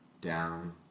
down